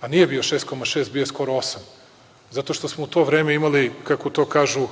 a nije bio 6,6, bio je skoro 8, zato što smo u to vreme imali kako to kažu